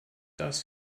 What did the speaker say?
das